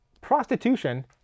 Prostitution